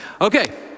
Okay